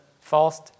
false